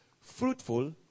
fruitful